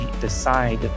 decide